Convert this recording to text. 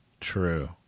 True